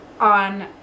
on